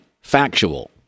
factual